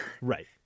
Right